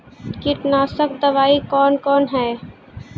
कीटनासक दवाई कौन कौन हैं?